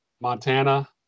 Montana